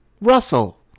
Russell